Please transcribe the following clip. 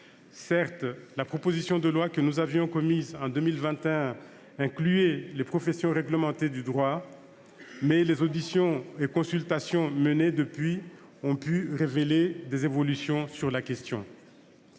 Certes, la proposition de loi que nous avions présentée en 2021 incluait les professions réglementées du droit, mais les auditions et consultations menées depuis lors ont pu susciter des évolutions sur la question.